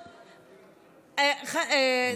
נא לסיים.